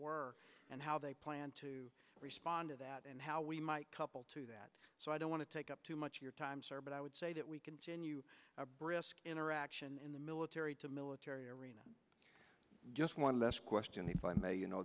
were and how they plan to respond to that and how we might couple to that so i don't want to take up too much of your time sir but i would say that we continue brisk interaction in the military to military arena just one last question if i may you know